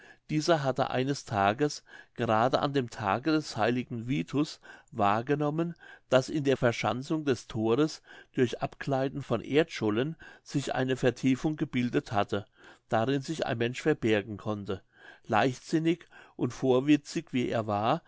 dieser hatte eines tages gerade an dem tage des heiligen vitus wahrgenommen daß in der verschanzung des thores durch abgleiten von erdschollen sich eine vertiefung gebildet hatte darin sich ein mensch verbergen konnte leichtsinnig und vorwitzig wie er war